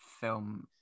film